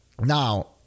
now